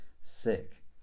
sick